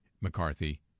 McCarthy